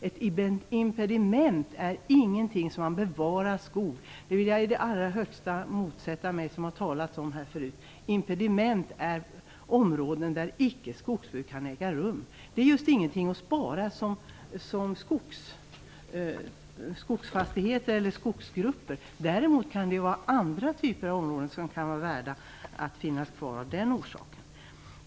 Ett impediment är ingenting som bevarar skog. Det har sagts här tidigare, och det vill jag å det bestämdaste motsätta mig. Impediment är områden där skogsbruk icke kan äga rum. Det är just ingenting att spara som skogsfastigheter eller skogsgrupper. Däremot kan det gälla andra typer av områden som kan vara värda att finnas kvar av den orsaken.